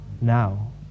now